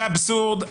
זה אבסורד.